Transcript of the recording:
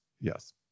Yes